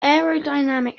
aerodynamic